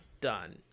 done